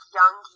young